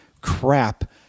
crap